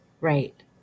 right